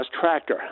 Tractor